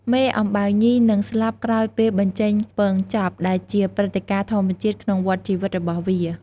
មេអំបៅញីនឹងស្លាប់ក្រោយពេលបញ្ចេញពងចប់ ដែលជាព្រឹត្តិការណ៍ធម្មជាតិក្នុងវដ្តជីវិតរបស់វា។